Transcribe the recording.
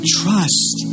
trust